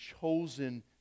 chosen